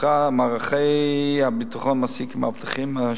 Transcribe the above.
מערכי הביטחון מעסיקים מאבטחים אשר